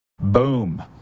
Boom